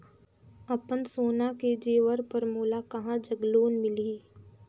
अपन सोना के जेवर पर मोला कहां जग लोन मिलही?